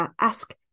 ask